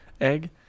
egg